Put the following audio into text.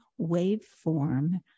waveform